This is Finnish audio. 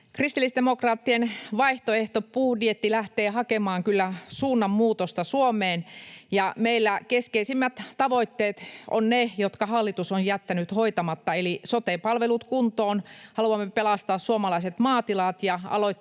Kristillisdemokraattien vaihtoehtobudjetti lähtee hakemaan kyllä suunnanmuutosta Suomeen, ja meillä keskeisimmät tavoitteet ovat ne, jotka hallitus on jättänyt hoitamatta — eli sote-palvelut kuntoon, ja haluamme pelastaa suomalaiset maatilat ja aloittaa